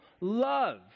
love